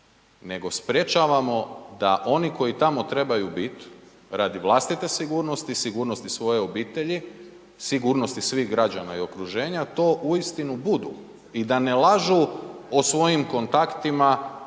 nego sprječavamo da oni koji tamo trebaju biti radi vlastite sigurnosti, sigurnosti svoje obitelji, sigurnosti svih građana i okruženja to uistinu budu i da ne lažu o svojim kontaktima